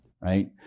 right